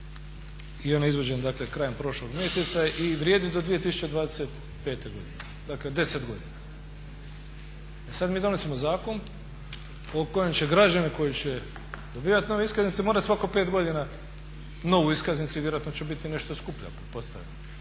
i ona je izvađena krajem prošlog mjeseca i vrijedi do 2025. godine. Dakle, 10 godina. E sad mi donosimo zakon po kojem će građani koji će dobivati nove iskaznice morati svakih pet godina novu iskaznicu i vjerojatno će biti nešto skuplja pretpostavljam